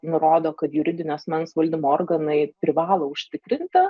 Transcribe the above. nurodo kad juridinio asmens valdymo organai privalo užtikrinta